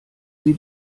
sie